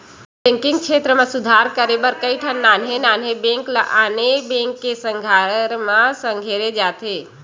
banking छेत्र म सुधार करे बर कइठन नान्हे नान्हे बेंक ल आने बेंक के संघरा म संघेरे जाथे